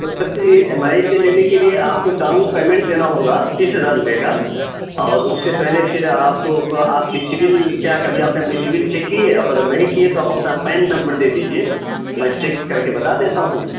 تو سر پھر EMI پہ لینے کے لیے آپ کو ڈاؤن پیمنٹ دینا ہوگا تیس ہزار روپئے کا اور اس سے پہلے پھر آپ کو آپ کی سبل کیا کبھی آپ نے اپنی سبل چیک کی ہے اور اگر نہیں کی ہے تو آپ اپنا پین نمبر دے دیجیے میں چیک کر کے بتا دیتا ہوں